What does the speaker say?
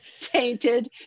tainted